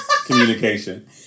communication